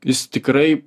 jis tikrai